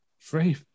Free